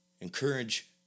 encourage